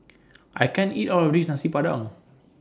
I can't eat All of This Nasi Padang